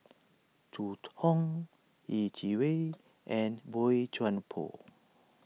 Zhu Hong Yeh Chi Wei and Boey Chuan Poh